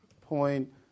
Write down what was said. point